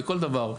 לכל דבר,